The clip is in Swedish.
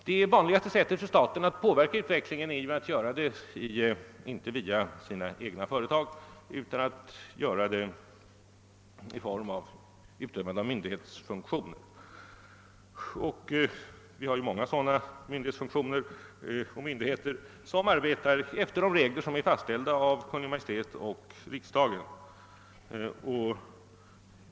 Det vanligaste sättet för staten att påverka utvecklingen är ju inte via sina egna producerande företag utan genom utövande av myndighetsfunktioner. Det finns många sådana myndighetsfunktioner hos myndigheter som arbetar efter regler som är fastställda av Kungl. Maj:t och riksdagen.